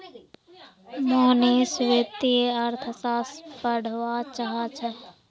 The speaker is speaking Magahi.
मोहनीश वित्तीय अर्थशास्त्र पढ़वा चाह छ